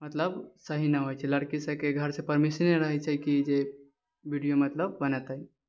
मतलब सही नहि होइ छै लड़की सबके घरसँ परमिशने नहि रहै छै की जे वीडियो मतलब बनेतै